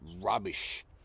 rubbish